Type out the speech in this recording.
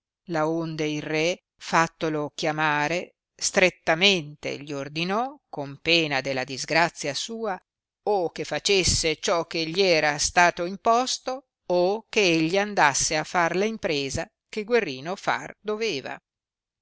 voluto laonde il re fattolo chiamare strettamente gli ordinò con pena della disgrazia sua o che facesse ciò che gli era sta imposto o che egli andasse a far la impresa che guerrino far doveva